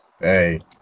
Hey